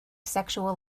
sexual